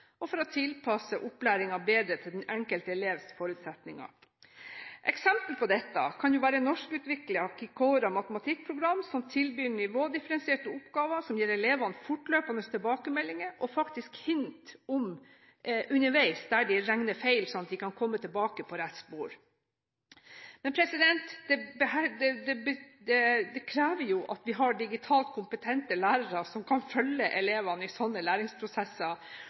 og for å tilpasse opplæringen bedre til den enkelte elevs forutsetninger. Et eksempel på dette kan være norskutviklede Kikora matematikkprogram som tilbyr nivådifferensierte oppgaver, som gir elevene fortløpende tilbakemeldinger og faktisk hint underveis der de regner feil sånn at de kan komme tilbake på rett spor. Det krever jo at vi har digitalt kompetente lærere som kan følge elevene i sånne læringsprosesser